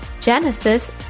Genesis